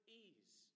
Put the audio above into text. ease